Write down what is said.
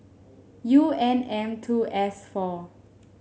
U N M two S four